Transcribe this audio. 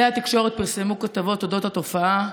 כלי התקשורת פרסמו כתבות אודות התופעה,